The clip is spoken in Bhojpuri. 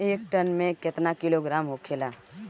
एक टन मे केतना किलोग्राम होखेला?